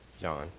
John